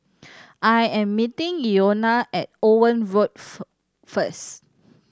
I am meeting Llona at Owen Road first